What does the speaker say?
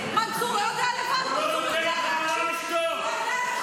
ליהודים אסור לעלות להר הבית?